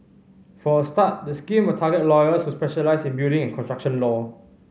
for a start the scheme will target lawyers who specialise in building and construction law